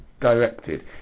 directed